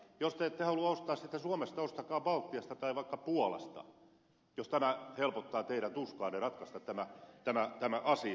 jos te ette halua ostaa sitä suomesta ostakaa baltiasta tai vaikka puolasta jos tämä helpottaa teidän tuskaanne ratkaista tämä asia